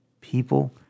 people